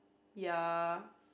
ya